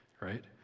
right